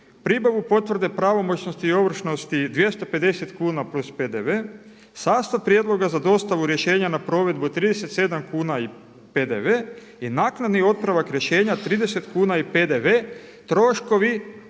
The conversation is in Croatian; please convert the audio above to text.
pribavu potvrde pravomoćnosti i ovršnosti 250 kuna + PDV, sastav prijedloga za dostavu rješenja na provedbu 37 kuna i PDV i naknadni otpravak rješenja 30 kuna i PDV. Troškovi